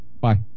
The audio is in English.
Bye